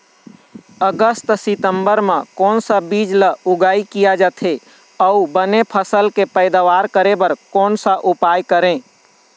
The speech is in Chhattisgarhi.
अगस्त सितंबर म कोन सा बीज ला उगाई किया जाथे, अऊ बने फसल के पैदावर करें बर कोन सा उपाय करें?